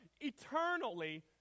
eternally